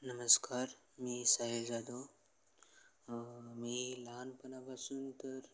नमस्कार मी साहिल जाधव मी लहानपणापासून तर